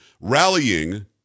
rallying